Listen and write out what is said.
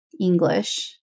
English